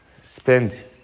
spend